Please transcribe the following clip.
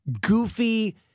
goofy